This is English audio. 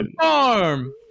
farm